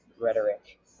rhetoric